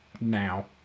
now